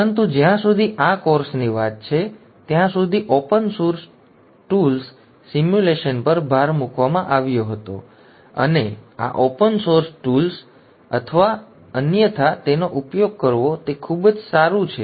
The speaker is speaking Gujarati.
પરંતુ જ્યાં સુધી આ કોર્સની વાત છે ત્યાં સુધી ઓપન સોર્સ ટૂલ્સ સિમ્યુલેશન પર ભાર મૂકવામાં આવ્યો હતો અને આ ઓપન સોર્સ ટૂલ્સ અથવા અન્યથા તેનો ઉપયોગ કરવો તે ખૂબ જ સારું છે